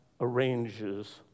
arranges